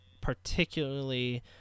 particularly